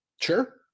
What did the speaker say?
Sure